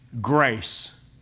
grace